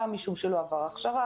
גם משום שלא עבר הכשרה,